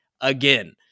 again